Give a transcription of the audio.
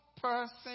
person